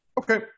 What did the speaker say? Okay